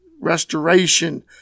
restoration